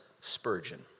Spurgeon